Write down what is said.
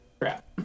crap